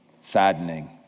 saddening